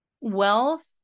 wealth